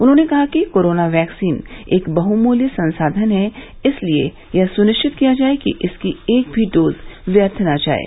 उन्होंने कहा कि कोरोना वैक्सीन एक बहुमूल्य संसाधन है इसलिए यह सुनिश्चित किया जाये कि इसकी एक भी डोज व्यर्थ न जाये